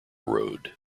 road